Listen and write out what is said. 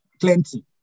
Plenty